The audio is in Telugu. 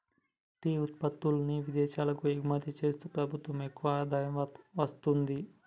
టీ ఉత్పత్తుల్ని విదేశాలకు ఎగుమతి చేస్తూ ప్రభుత్వం ఎక్కువ ఆదాయం వస్తుంది